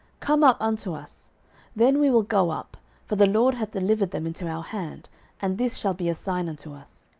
come up unto us then we will go up for the lord hath delivered them into our hand and this shall be a sign unto us.